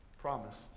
promised